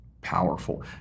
powerful